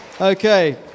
Okay